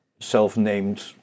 self-named